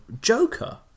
Joker